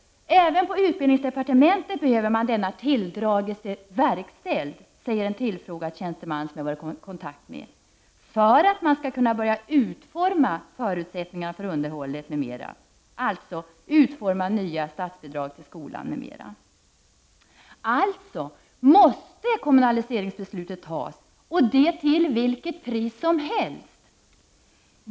Även på utbildningsdepartementet behöver man ha denna tilldragelse verkställd, säger en tillfrågad tjänsteman som jag har varit i kontakt med, för att man skall kunna börja utforma förutsättningarna för underhållet, m.m., dvs. utforma nya statsbidrag till skolan, m.m. Kommunaliseringsbeslutet måste alltså fattas, och det till vilket pris som helst.